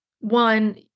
one